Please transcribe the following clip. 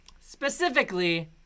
Specifically